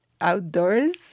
outdoors